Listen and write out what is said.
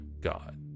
god